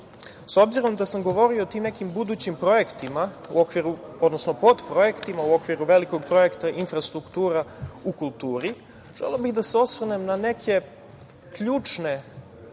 obzirom da sam govorio o tim nekim budućim projektima, odnosno podprojektima u okviru velikog projekta - Infrastruktura u kulturi, želeo bih da se osvrnem na neke ključne